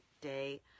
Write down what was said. day